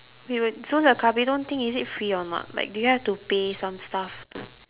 wait wait so the kabedon thing is it free or not like do you have to pay some stuff to